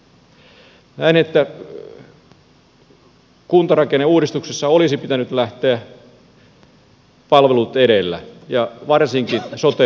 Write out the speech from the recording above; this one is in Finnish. näen että kuntarakenneuudistuksessa olisi pitänyt lähteä palvelut edellä ja varsinkin sote palvelut edellä